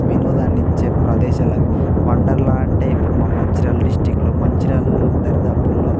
వినోదాన్నిఇచ్చే ప్రదేశాలు ఇవి వండర్లా అంటే ఇప్పుడు మా మంచిర్యాల డిస్ట్రిక్ట్లో మంచిర్యాల దరిదాపులలో